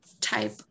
type